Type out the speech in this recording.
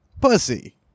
Pussy